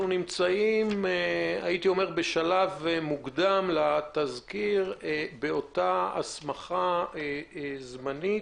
נמצאים בשלב מוקדם לתזכיר באותה הסמכה זמנית.